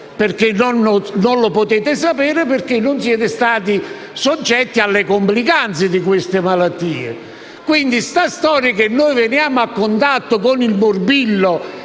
e non lo potete sapere perché non siete stati soggetti alle complicanze di queste malattie. Quindi, quanto a questa storia che veniamo a contatto con il morbillo